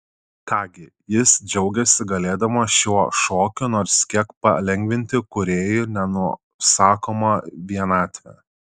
ką gi jis džiaugėsi galėdamas šiuo šokiu nors kiek palengvinti kūrėjui nenusakomą vienatvę